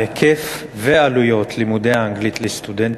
ההיקף והעלויות של לימודי האנגלית לסטודנטים?